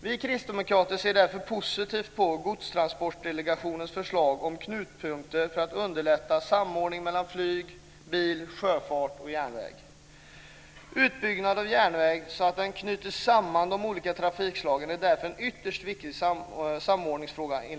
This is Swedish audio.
Vi kristdemokrater ser därför positivt på godstransportdelegationens förslag om knutpunkter för att underlätta samordning mellan flyg, bil, sjöfart och järnväg. Utbyggnad av järnvägen, så att den knyter samman de olika trafikslagen, är därför enligt vår mening en ytterst viktig samordningsfråga.